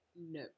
No